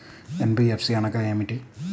NBFC అనగా ఏమిటీ?